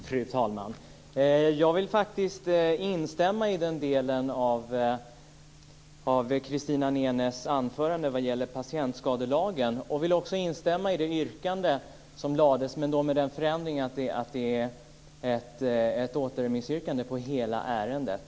Fru talman! Jag vill instämma i den del av Christina Nenes anförande som gällde patientskadelagen och vill instämma i det yrkande som framställdes, med den förändringen att det ska avse en återremiss av hela ärendet.